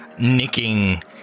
nicking